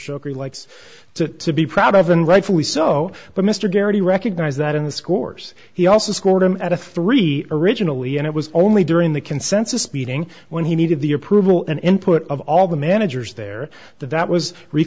shokri likes to be proud of and rightfully so but mr garrity recognize that in the scores he also scored i'm at a three originally and it was only during the consensus beating when he needed the approval and input of all the managers there that that was